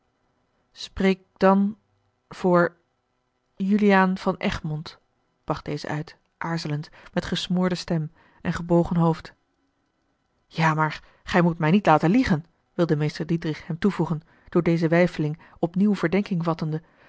spreek dan voor juliaan van egmond bracht deze uit aarzelend met gesmoorde stem en gebogen hoofd ja maar gij moet mij niet laten liegen wilde meester diedrich hem toevoegen door deze weifeling opnieuw verdenking vattende